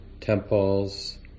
temples